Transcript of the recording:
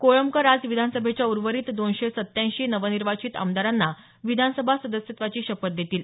कोळंबकर आज विधानसभेच्या उर्वरित दोनशे सत्त्याऐंशी नवनिर्वाचित आमदारांना विधानसभा सदस्यत्वाची शपथ देतील